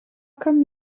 come